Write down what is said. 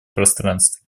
пространстве